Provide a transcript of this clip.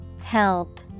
Help